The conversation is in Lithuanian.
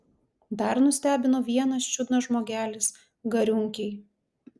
dar nustebino vienas čiudnas žmogelis gariūnkėj